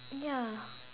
ya